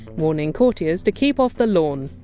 warning courtiers to keep off the lawn,